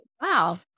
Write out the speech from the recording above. wow